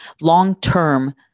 long-term